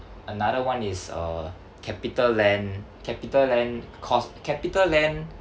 another one is uh CapitaLand CapitaLand cause CapitaLand